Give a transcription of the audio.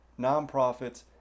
nonprofits